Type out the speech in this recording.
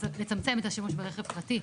לצמצם את השימוש ברכב פרטי,